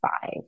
five